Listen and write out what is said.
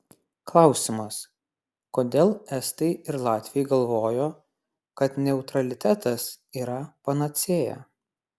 klausimas kodėl estai ir latviai galvojo kad neutralitetas yra panacėja